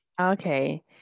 Okay